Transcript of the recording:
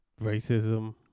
racism